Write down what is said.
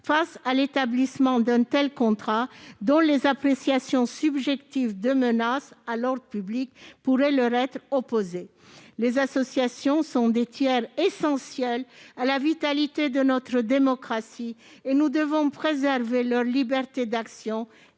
par l'établissement d'un tel contrat, dont les appréciations subjectives de menace à l'ordre public pourraient leur être opposées. Les associations sont des tiers essentiels à la vitalité de notre démocratie. Nous devons préserver leur liberté d'action